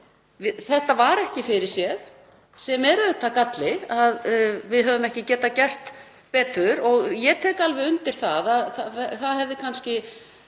Þetta var ekki fyrirséð og er auðvitað galli að við höfum ekki getað gert betur og ég tek alveg undir að það hefði kannski